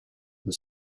the